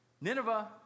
Nineveh